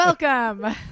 welcome